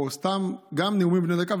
או סתם נאומים בני דקה,